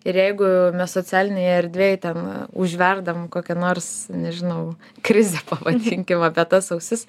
ir jeigu mes socialinėj erdvėj ten užverdam kokią nors nežinau krizę pavadinkim apie tas ausis